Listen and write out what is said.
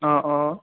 অঁ অঁ